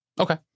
Okay